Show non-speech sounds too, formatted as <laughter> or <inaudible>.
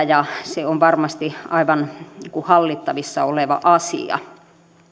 <unintelligible> ja se on aivan hallittavissa oleva asia